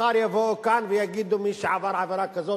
מחר יבואו כאן ויגידו: מי שעבר עבירה כזאת,